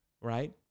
right